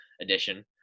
edition